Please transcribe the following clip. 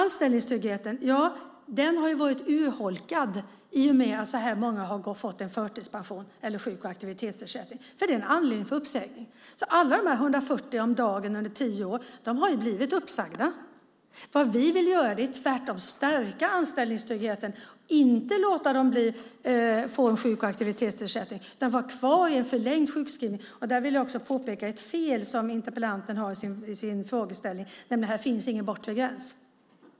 Anställningstryggheten har varit urholkad i och med att så här många har fått en förtidspension eller sjuk och aktivitetsersättning, för det är en anledning för uppsägning. Alla de 140 om dagen under tio år har ju blivit uppsagda. Vad vi vill göra är tvärtom att stärka anställningstryggheten, inte låta dem få en sjuk och aktivitetsersättning utan låta dem vara kvar i en förlängd sjukskrivning. I det sammanhanget vill jag påpeka ett fel i interpellantens frågeställning, nämligen om en bortre gräns.